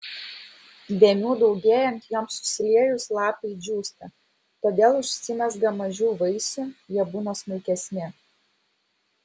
dėmių daugėjant joms susiliejus lapai džiūsta todėl užsimezga mažiau vaisių jie būna smulkesni